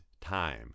time